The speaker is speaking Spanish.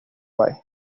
país